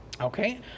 Okay